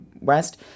West